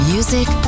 Music